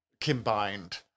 combined